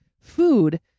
food